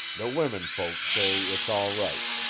the women folks say it's all right,